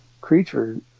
creature